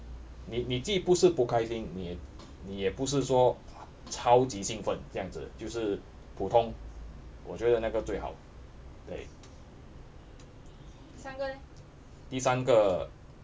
你你既不是不开心你也你也不是说超级兴奋这样子就是普通我觉得那个最好对第三个